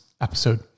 episode